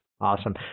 Awesome